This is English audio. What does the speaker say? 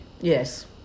Yes